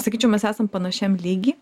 sakyčiau mes esam panašiam lygy